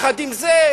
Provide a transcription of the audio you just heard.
עם זה,